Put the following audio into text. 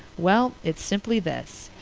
well, its simply this.